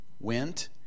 went